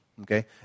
Okay